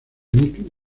nick